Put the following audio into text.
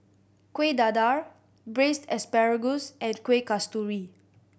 Kueh Dadar Braised Asparagus and Kueh Kasturi